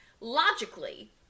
Logically